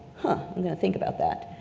huh, i'm gonna think about that.